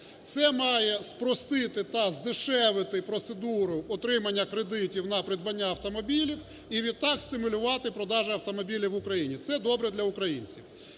Це має спростити та здешевити процедуру отримання кредитів на придбання автомобілів і, відтак, стимулювати продаж автомобілів в Україні. Це добре для українців.